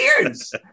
years